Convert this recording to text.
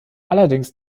allerdings